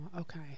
okay